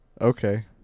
Okay